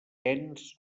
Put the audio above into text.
ens